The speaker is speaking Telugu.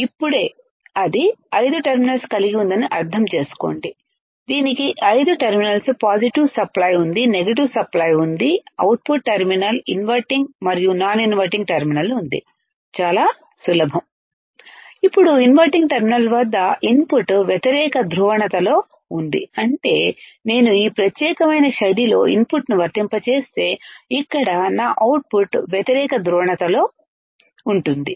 ఇప్పుడే అది ఐదు టెర్మినల్స్ కలిగి ఉందని అర్థం చేసుకోండి దీనికి ఐదు టెర్మినల్స్ పాజిటివ్ సప్లై ఉంది దీనికి నెగటివ్ సప్లై ఉంది దీనికి అవుట్పుట్ టెర్మినల్ ఇన్వర్టింగ్ మరియు నాన్ ఇన్వర్టింగ్ టెర్మినల్ ఉంది చాలా సులభం ఇప్పుడు ఇన్వర్టింగ్ టెర్మినల్ వద్ద ఇన్పుట్ వ్యతిరేక ధ్రువణతలో ఉంది అంటే నేను ఈ ప్రత్యేకమైన శైలి లో ఇన్పుట్ను వర్తింపజేస్తే ఇక్కడ నా అవుట్పుట్ వ్యతిరేక ధ్రువణత లో ఉంటుంది